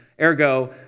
Ergo